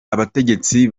abategetsi